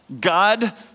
God